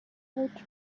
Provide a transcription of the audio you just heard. another